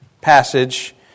Passage